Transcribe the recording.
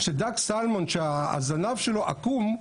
שדג סלמון שהזנב שלו עקום,